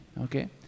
Okay